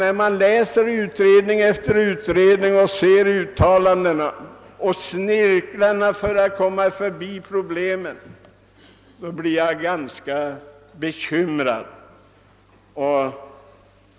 När man läser utredning efter utredning och märker författarnas snirklar för att komma förbi problemen, blir man ganska förvånad.